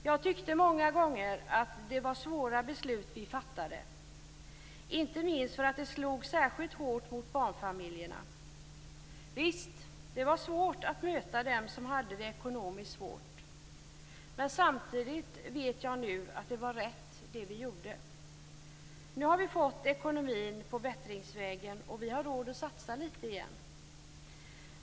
Jag tyckte många gånger att det var svåra beslut vi fattade, inte minst för att de slog särskilt hårt mot barnfamiljerna. Visst var det svårt att möta dem som hade det ekonomiskt svårt, men samtidigt vet jag nu att det vi gjorde var rätt. Nu har vi fått ekonomin på bättringsvägen, och vi har råd att satsa litet igen.